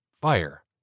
Fire